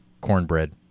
cornbread